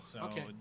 okay